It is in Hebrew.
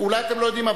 אולי אתם לא יודעים,